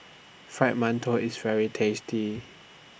Fried mantou IS very tasty